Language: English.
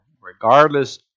Regardless